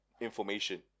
information